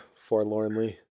forlornly